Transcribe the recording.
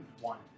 One